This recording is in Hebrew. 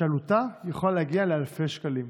שעלותה יכולה להגיע לאלפי שקלים.